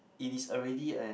it is already an